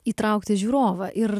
įtraukti žiūrovą ir